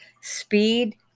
speed